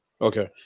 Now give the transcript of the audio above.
Okay